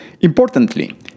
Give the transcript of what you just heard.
Importantly